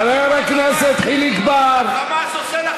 חבר הכנסת חיליק בר, בואו נעשה סדר.